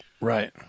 Right